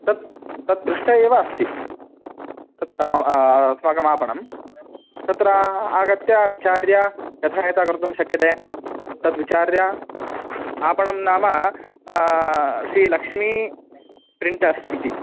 तत् तत्पृष्टे एव अस्ति तत् अस्माकमापणं तत्र आगत्य विचार्य यथा यथा कर्तुं शक्यते तद्विचार्य आपणं नाम श्रीलक्ष्मी प्रिण्टर्स् इति